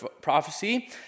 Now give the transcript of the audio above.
prophecy